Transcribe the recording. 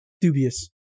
Dubious